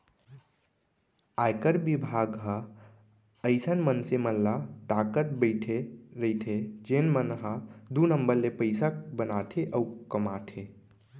आयकर बिभाग ह अइसन मनसे मन ल ताकत बइठे रइथे जेन मन ह दू नंबर ले पइसा बनाथे अउ कमाथे